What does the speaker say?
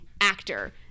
actor